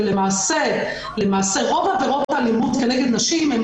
למעשה רוב עבירות האלימות כנגד נשים הן